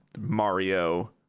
Mario